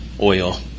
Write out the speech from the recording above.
oil